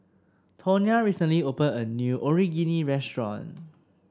Tawnya recently opened a new restaurant